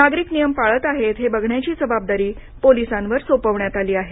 नागरिक नियम पाळत आहेत हे बघण्याची जबाबदारी पोलिसांवर सोपवण्यात आली आहे